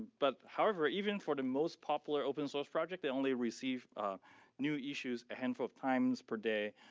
but however, even for the most popular open source project, they only receive new issues a handful of times per day,